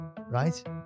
right